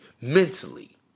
mentally